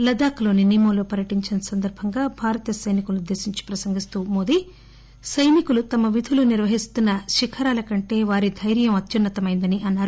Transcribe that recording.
లద్లాక్లోని నీమో లో పర్యటించిన సందర్బంగా భారత సైనికులను ఉద్దేశించి ప్రసంగిస్తూ నరేంద్ర మోదీ సైనికులు తమ విధులు నిర్వహిస్తున్న శిఖరాల కంటే వారి దైర్యం అత్యున్న తమైనదని అన్నారు